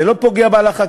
זה לא פוגע בהלכה,